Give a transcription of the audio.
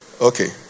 Okay